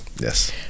Yes